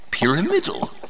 pyramidal